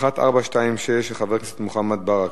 שאילתא מס' 1426, של חבר הכנסת מוחמד ברכה,